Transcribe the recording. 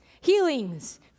healings